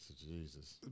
Jesus